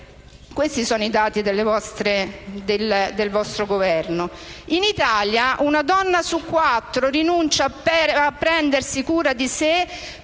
Questi sono i dati del vostro Governo. In Italia una donna su quattro rinuncia a prendersi cura di sé